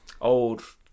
old